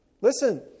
Listen